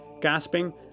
gasping